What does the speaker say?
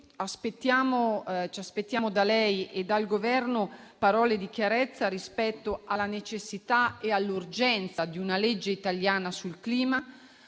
ci aspettiamo da lei e dal Governo parole di chiarezza rispetto alla necessità e all'urgenza di una legge italiana sul clima.